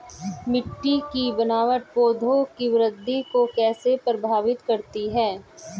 मिट्टी की बनावट पौधों की वृद्धि को कैसे प्रभावित करती है?